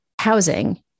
housing